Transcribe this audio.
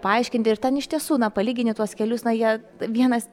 paaiškinti ir ten iš tiesų palygini tuos kelius na jie vienas